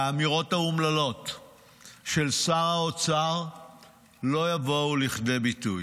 והאמירות האומללות של שר האוצר לא יבואו לידי ביטוי.